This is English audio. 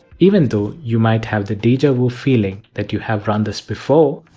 even though you might have the deja vu feeling that you have run this before,